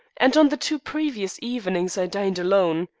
and on the two previous evenings i dined alone.